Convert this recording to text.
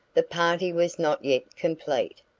the party was not yet complete,